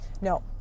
No